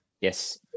Yes